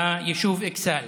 ליישוב אכסאל.